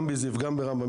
גם בזיו וגם ברמב"ם,